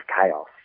chaos